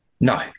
No